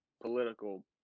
political